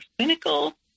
cynical